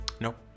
Nope